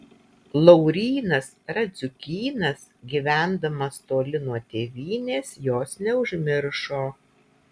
laurynas radziukynas gyvendamas toli nuo tėvynės jos neužmiršo